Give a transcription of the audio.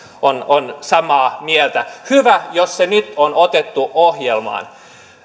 on on samaa mieltä hyvä jos se nyt on otettu ohjelmaan